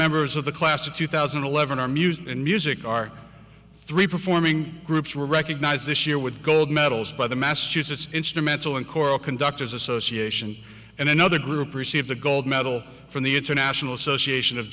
members of the class of two thousand and eleven our music and music are three performing groups will recognize this year with gold medals by the massachusetts instrumental and choral conductors association and another group receive the gold medal from the international association of